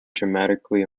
dramatically